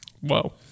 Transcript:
Whoa